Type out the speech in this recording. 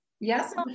Yes